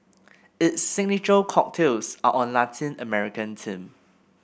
its signature cocktails are on Latin American theme